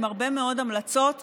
עם הרבה מאוד המלצות,